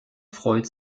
freut